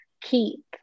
keep